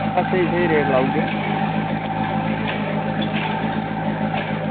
जेह्दा स्हेई स्हेई रेट लाई ओड़गे